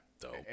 Dope